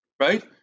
Right